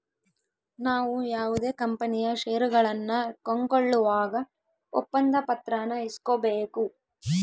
ನಾವು ಯಾವುದೇ ಕಂಪನಿಯ ಷೇರುಗಳನ್ನ ಕೊಂಕೊಳ್ಳುವಾಗ ಒಪ್ಪಂದ ಪತ್ರಾನ ಇಸ್ಕೊಬೇಕು